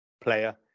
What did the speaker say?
player